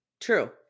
true